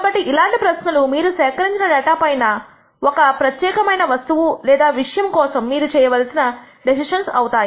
కాబట్టి ఇలాంటి ప్రశ్నలు మీరు సేకరించిన డేటా పైన ఒక ప్రత్యేకమైన వస్తువు లేదా విషయం కోసం మీరు చేయవలసిన డెసిషన్స్ అవుతాయి